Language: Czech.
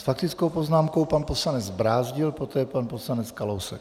S faktickou poznámkou pan poslanec Brázdil, poté pan poslanec Kalousek.